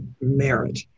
merit